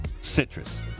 citrus